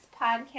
podcast